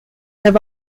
have